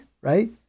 right